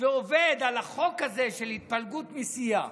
ועובד על החוק הזה של התפלגות מסיעה,